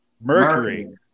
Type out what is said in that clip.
Mercury